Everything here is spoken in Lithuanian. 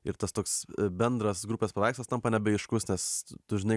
ir tas toks bendras grupės projektas tampa nebeaiškus nes tu žinai